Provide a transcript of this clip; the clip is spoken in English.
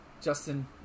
Justin